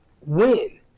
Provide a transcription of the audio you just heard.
win